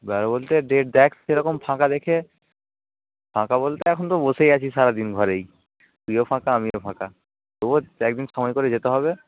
যাবে বলতে ডেট দেখ সেরকম ফাঁকা দেখে ফাঁকা বলতে এখন তো বসেই আছি সারা দিন ঘরেই তুইও ফাঁকা আমিও ফাঁকা তবুও এক দিন সময় করে যেতে হবে